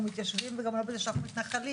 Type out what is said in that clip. מתיישבים וגם לא בזה שאנחנו מתנחלים.